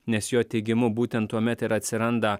nes jo teigimu būtent tuomet ir atsiranda